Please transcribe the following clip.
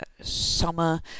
summer